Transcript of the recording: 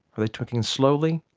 are they twinkling slowly?